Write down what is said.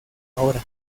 hora